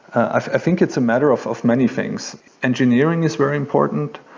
i think it's a matter of of many things engineering is very important.